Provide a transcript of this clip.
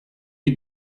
eat